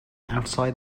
outside